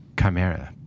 Chimera